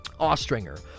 Ostringer